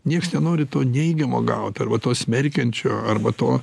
nieks nenori to neigiamo gaut arba to smerkiančio arba to